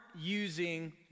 using